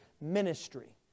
ministry